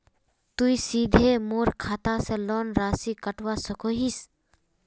तुई सीधे मोर खाता से लोन राशि कटवा सकोहो हिस?